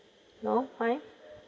no why